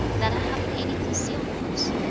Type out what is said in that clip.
that i have any concealments?